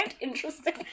interesting